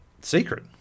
Secret